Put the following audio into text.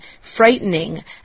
frightening